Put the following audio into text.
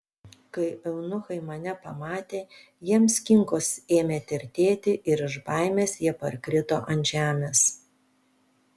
kai eunuchai mane pamatė jiems kinkos ėmė tirtėti ir iš baimės jie parkrito ant žemės